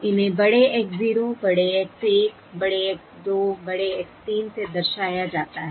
इन्हें बड़े X0 बड़े X1 बड़े X2 बड़े X3 से दर्शाया जाता है